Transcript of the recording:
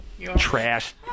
Trash